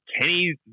Kenny